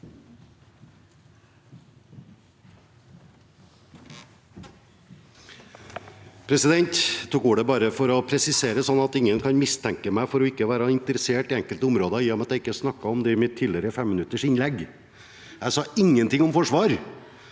Jeg tok ordet bare for å presisere, slik at ingen kan mistenke meg for ikke å være interessert i enkelte områder i og med at jeg ikke snakket om det i mitt tidligere 5-minutters innlegg. Jeg sa ingenting om forsvar,